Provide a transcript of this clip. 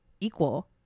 equal